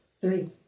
Three